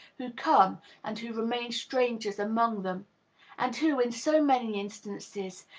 who come and who remain strangers among them and who, in so many instances,